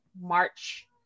March